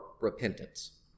repentance